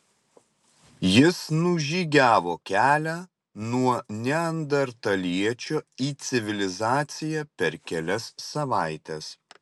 jis nužygiavo kelią nuo neandertaliečio į civilizaciją per kelias savaites